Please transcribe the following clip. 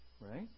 Right